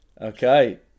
Okay